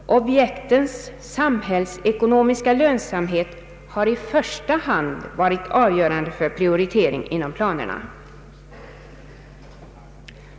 Objektens samhällsekonomiska lönsamhet har i första hand varit avgörande för prioriteringen i planerna.